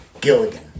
Gilligan